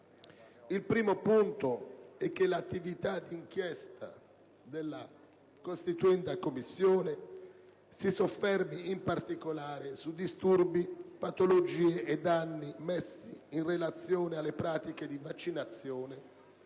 Il primo punto è che l'attività di inchiesta della costituenda Commissione si soffermi, in particolare, su disturbi, patologie e danni messi in relazione alle pratiche di vaccinazione